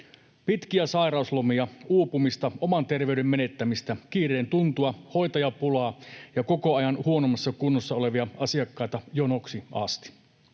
”Pitkiä sairauslomia, uupumista, oman terveyden menettämistä, kiireen tuntua, hoitajapulaa ja koko ajan huonommassa kunnossa olevia asiakkaita jonoksi asti.